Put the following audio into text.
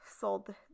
sold